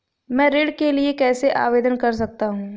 मैं ऋण के लिए कैसे आवेदन कर सकता हूं?